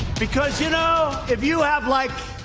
because, you know, if you have, like,